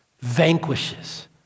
vanquishes